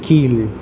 கீழ்